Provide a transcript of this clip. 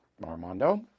Armando